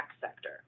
sector